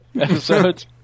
episodes